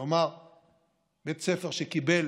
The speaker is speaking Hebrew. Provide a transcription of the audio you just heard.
כלומר בית ספר שקיבל